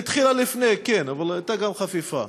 התחילה לפני, כן, אבל הייתה גם חפיפה.